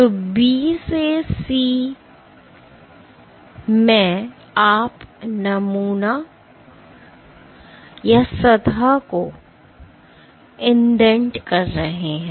तो B से C में आप नमूना या सतह को इंडेंट कर रहे हैं